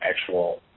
actual